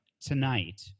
Tonight –